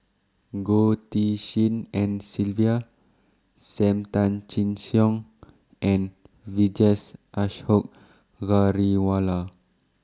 Goh Tshin En Sylvia SAM Tan Chin Siong and Vijesh Ashok Ghariwala